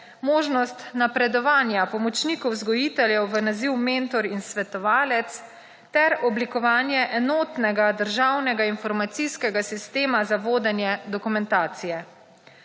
možnost napredovanja pomočnikov vzgojiteljev v naziv mentor in svetovalec, ter oblikovanje enotnega državnega informacijskega sistema za vodenje dokumentacije.